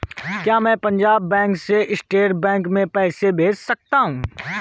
क्या मैं पंजाब बैंक से स्टेट बैंक में पैसे भेज सकता हूँ?